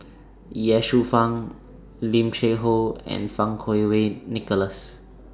Ye Shufang Lim Cheng Hoe and Fang Kuo Wei Nicholas